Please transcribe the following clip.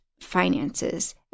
finances